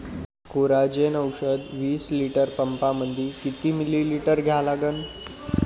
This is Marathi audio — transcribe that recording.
कोराजेन औषध विस लिटर पंपामंदी किती मिलीमिटर घ्या लागन?